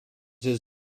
his